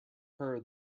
heard